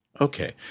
Okay